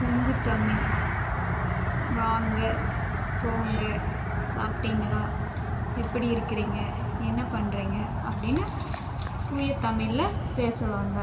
கொங்கு தமிழ் வாங்க போங்க சாப்பிட்டிங்களா எப்படி இருக்கிறிங்க என்ன பண்ணுகிறிங்க அப்படின்னு தூய தமிழில் பேசுவாங்க